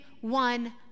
one